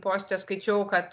poste skaičiau kad